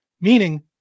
Meaning